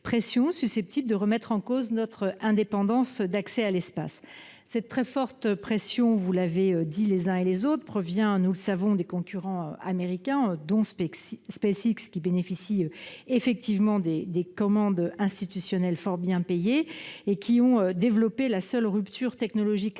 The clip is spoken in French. pression susceptible de remettre en cause notre indépendance dans l'accès à l'espace. Cette très forte pression provient, nous le savons, des concurrents américains, dont SpaceX, qui bénéficient de commandes institutionnelles fort bien payées et qui ont développé la seule rupture technologique réussie